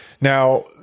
Now